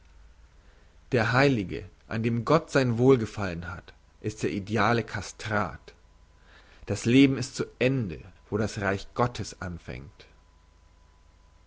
der heilige an dem gott sein wohlgefallen hat ist der ideale castrat das leben ist zu ende wo das reich gottes anfängt